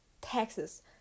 taxes